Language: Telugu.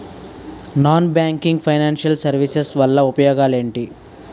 నాన్ బ్యాంకింగ్ ఫైనాన్షియల్ సర్వీసెస్ వల్ల ఉపయోగాలు ఎంటి?